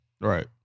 Right